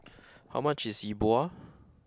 how much is E Bua